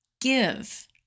give